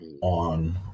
On